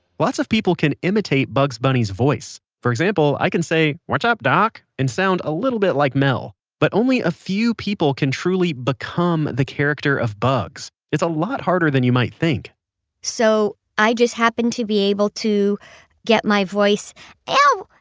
lots of people can imitate bugs bunny's voice. for example, i can say, what's up, doc? and sound like mel. but only a few people can truly become the character of bugs. it's a lot harder than you might think so, i just happen to be able to get my voice oh,